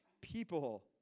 People